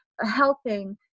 helping